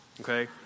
okay